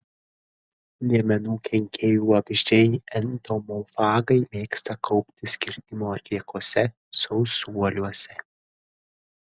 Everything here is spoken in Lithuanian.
liemenų kenkėjų vabzdžiai entomofagai mėgsta kauptis kirtimo atliekose sausuoliuose